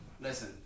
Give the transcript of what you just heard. Listen